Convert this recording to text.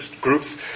groups